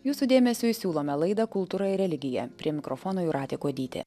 jūsų dėmesiui siūlome laidą kultūra ir religija prie mikrofono jūratė kuodytė